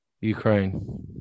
Ukraine